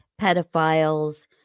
pedophiles